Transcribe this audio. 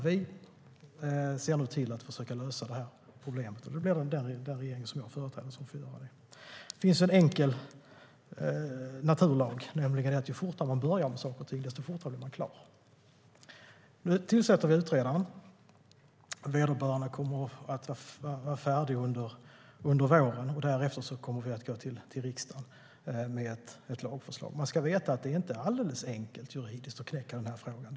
Vi ser nu till att försöka lösa det här problemet, och det blir den regering som jag företräder som får göra det. Det finns en enkel naturlag, nämligen att ju fortare man börjar med saker och ting, desto fortare blir man klar. Nu tillsätter vi en utredare. Vederbörande kommer att vara färdig under våren. Därefter kommer vi att gå till riksdagen med ett lagförslag. Man ska veta att det inte är alldeles enkelt juridiskt att knäcka den här frågan.